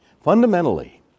Fundamentally